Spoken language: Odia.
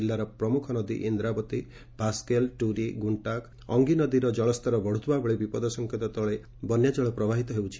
ଜିଲ୍ଲାର ପ୍ରମୁଖ ନଦୀ ଇନ୍ଦାବତୀ ଭାସ୍କେଲ୍ଏ ଟୁରୀ ଗୁକ୍କାକ ଅଙ୍ଗୀ ନଦୀର ଜଳସ୍ତର ବଢୁଥିବାବେଳେ ବିପଦ ସଂକେତ ତଳେ ପ୍ରବାହିତ ହେଉଛି